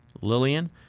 lillian